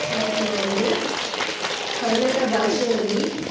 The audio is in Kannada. ಮತ್ತು ಅವರು ಕನ್ನಡ ಭಾಷೆಯಲ್ಲಿ